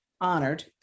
honored